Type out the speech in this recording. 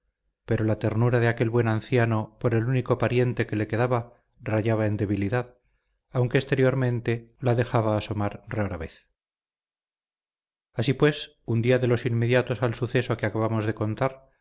pero la ternura de aquel buen anciano por el único pariente que le quedaba rayaba en debilidad aunque exteriormente la dejaba asomar rara vez así pues un día de los inmediatos al suceso que acabamos de contar